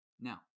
Now